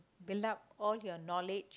build up all your knowledge